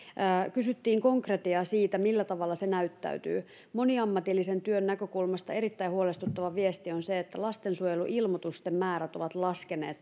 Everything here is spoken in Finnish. kysyttiin konkretiaa siitä millä tavalla se näyttäytyy moniammatillisen työn näkökulmasta erittäin huolestuttava viesti on se että lastensuojeluilmoitusten määrät ovat laskeneet